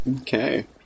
Okay